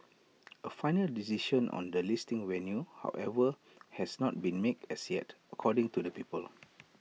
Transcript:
A final decision on the listing venue however has not been made as yet according to the people